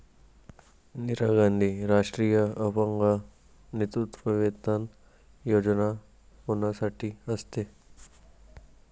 इंदिरा गांधी राष्ट्रीय अपंग निवृत्तीवेतन योजना कोणासाठी असते?